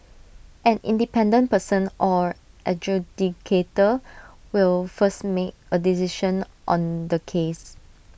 an independent person or adjudicator will first make A decision on the case